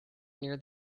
near